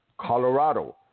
Colorado